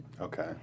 Okay